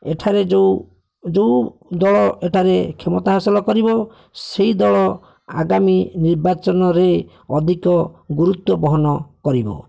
ଏଠାରେ ଯେଉଁ ଯେଉଁ ଦଳ ଏଠାରେ କ୍ଷମତା ହାସଲ କରିବ ସେଇ ଦଳ ଆଗାମୀ ନିର୍ବାଚନରେ ଅଧିକ ଗୁରୁତ୍ୱ ବହନ କରିବ